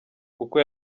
kuko